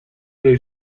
dre